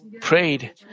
prayed